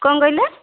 କ'ଣ କହିଲେ